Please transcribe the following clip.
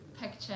picture